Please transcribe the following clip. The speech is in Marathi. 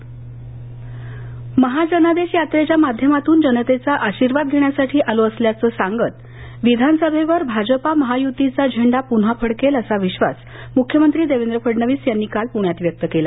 मुख्यमंत्री पुणे महा जनादेश यात्रेच्या माध्यमातून जनतेचा आशीर्वाद घेण्यासाठी आलो असल्याचं सांगत विधानसभेवर भाजपा महायूतीचा झेंडा पून्हा फडकेल असा विश्वास मुख्यमंत्री देवेंद्र फडणवीस यांनी काल पुण्यात व्यक्त केला